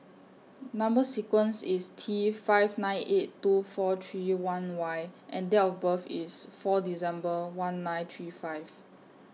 Number sequence IS T five nine eight two four three one Y and Date of birth IS four December one nine three five